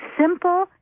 simple